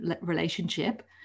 relationship